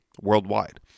worldwide